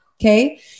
Okay